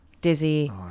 Dizzy